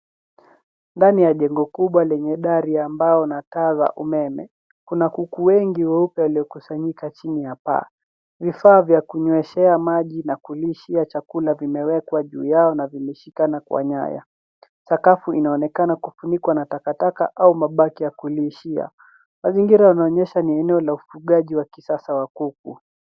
Ndani ya jengo kubwa lenye dari ya mbao na taa za umeme, kuna kuku wengi weupe, waliokusanyika chini ya paa. Vifaa vya kunyweshea maji na kulishia chakula vimewekwa juu yao na vimeshikana kwa nyaya. Sakafu inaonekana kufunikwa na takataka au mabaki ya kulishia. Mazingira yanaonesha ni eneo la ufugaji wa kisasa wa kuku.